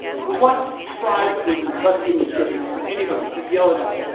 what tribe was entrusted with scriptures? anybody. just yell it out